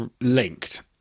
linked